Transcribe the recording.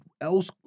else